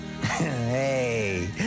Hey